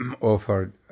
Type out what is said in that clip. offered